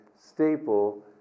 staple